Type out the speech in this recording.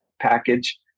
package